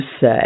say